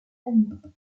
famille